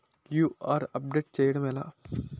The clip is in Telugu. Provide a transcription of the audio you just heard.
క్యూ.ఆర్ అప్డేట్ చేయడం ఎలా?